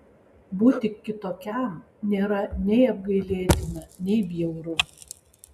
būti kitokiam nėra nei apgailėtina nei bjauru